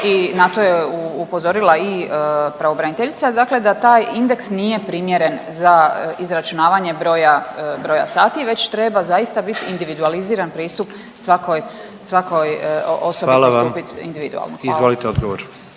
i na to je upozorila i pravobraniteljica, dakle da taj indeks nije primjeren za izračunavanje broja, broja sati već treba zaista biti individualiziran pristup svakoj, svakoj osobi